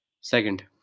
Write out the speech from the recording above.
Second